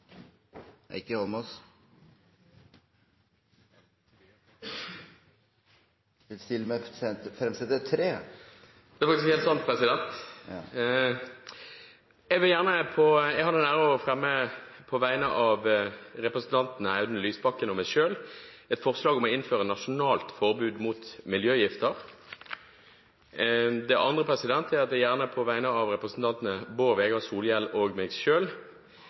Heikki Eidsvoll Holmås vil fremsette tre representantforslag. På vegne av representanten Audun Lysbakken og meg selv har jeg den ære å framsette et forslag om å innføre nasjonalt forbud mot miljøgifter. På vegne av representanten Bård Vegar Solhjell og meg